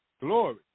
glory